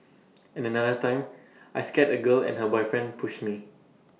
and another time I scared A girl and her boyfriend pushed me